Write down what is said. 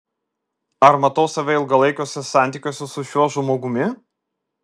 ar matau save ilgalaikiuose santykiuose su šiuo žmogumi